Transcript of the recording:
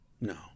No